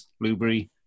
Blueberry